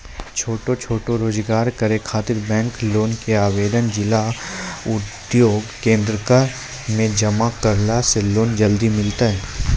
छोटो छोटो रोजगार करै ख़ातिर बैंक लोन के आवेदन जिला उद्योग केन्द्रऽक मे जमा करला से लोन जल्दी मिलतै?